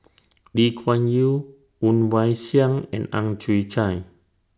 Lee Kuan Yew Woon Wah Siang and Ang Chwee Chai